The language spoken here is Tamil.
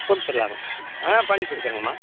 கொடுத்துட்லாங்க ஆ பண்ணிக் கொடுக்குறேங்கம்மா